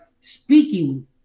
speaking